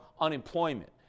unemployment